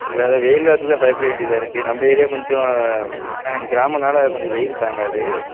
இல்லைல்ல வெயில் காலத்தில் தான் பயப்பட வேண்டிதாக இருக்கு நம்ப ஏரியா கொஞ்சம் கிராமனால கொஞ்சம் வெயில் தாங்காது